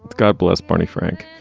god bless barney frank.